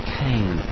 came